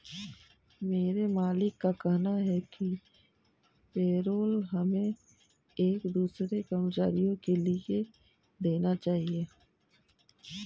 मेरे मालिक का कहना है कि पेरोल हमें एक दूसरे कर्मचारियों के लिए देना चाहिए